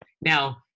Now